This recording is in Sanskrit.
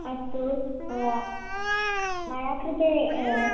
अस्तु मया कृते